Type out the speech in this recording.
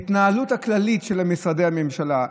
ההתנהלות הכללית של משרדי הממשלה,